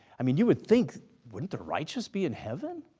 i mean you would think, wouldn't the righteous be in heaven?